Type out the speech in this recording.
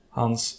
hans